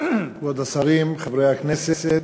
כבוד השרים, חברי הכנסת,